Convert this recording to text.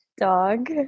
Dog